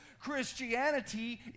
Christianity